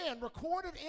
recorded